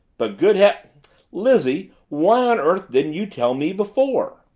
but good heav lizzie, why on earth didn't you tell me before?